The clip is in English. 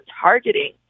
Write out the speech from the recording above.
targeting